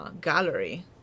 gallery